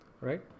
right